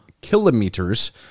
kilometers